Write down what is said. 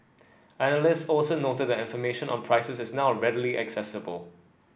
analyst also noted that information on prices is now readily accessible